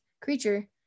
creature